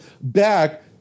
back